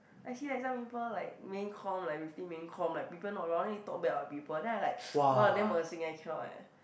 like you see like some people like main comm like within main comm like people not around then you talk bad about people then I like !wah! damn 恶心 I cannot eh